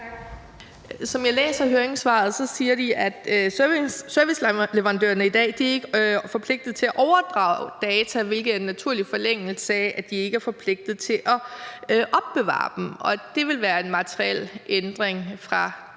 Som jeg læser høringssvaret, siger de, at serviceleverandørerne i dag ikke er forpligtet til at overdrage data, hvilket er i naturlig forlængelse af, at de ikke er forpligtet til at opbevare dem. Det vil være en materiel ændring fra